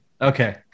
okay